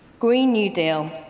green new deal,